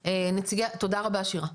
תודה רבה שירה.